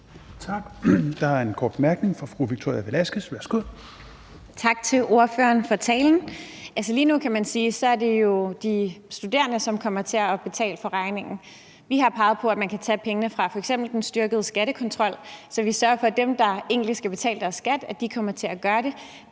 Tak. Der er en kort bemærkning fra fru Victoria Velasquez. Værsgo. Kl. 16:26 Victoria Velasquez (EL): Tak til ordføreren for talen. Altså, lige nu, kan man sige, er det jo de studerende, som kommer til at betale regningen. Vi har peget på, at man kan tage pengene fra f.eks. den styrkede skattekontrol, så vi sørger for, at dem, der egentlig skal betale deres skat, kommer til at gøre det.